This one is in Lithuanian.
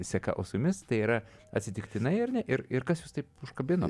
seka ausimis tai yra atsitiktinai ar ne ir ir kas jus taip užkabino